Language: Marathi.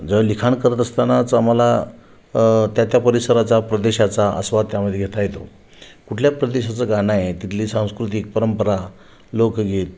जर लिखाण करत असतानाच आम्हाला त्या त्या परिसराचा प्रदेशाचा आस्वाद त्यामध्ये घेता येतो कुठल्या प्रदेशाचं गाणं आहे तिथली सांस्कृतिक परंपरा लोकगीत